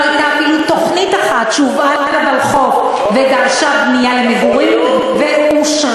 לא הייתה אפילו תוכנית אחת שהובאה לוולחו"ף ודרשה בנייה למגורים ואושרה.